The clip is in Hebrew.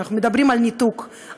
אנחנו מדברים על ניתוק,